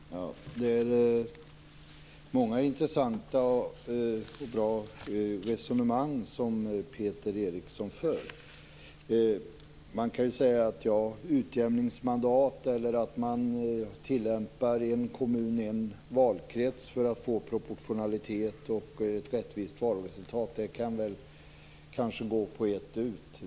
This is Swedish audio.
Herr talman! Det är många intressanta och bra resonemang som Peter Eriksson för. Man kan säga att utjämningsmandat eller att man tillämpar "en kommun-en valkrets" för att få proportionalitet och ett rättvist valresultat kanske kan gå på ett ut.